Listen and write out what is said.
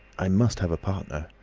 i must have a partner.